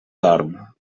dorm